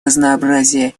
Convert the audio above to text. разнообразия